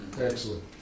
Excellent